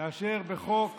לאשר בחוק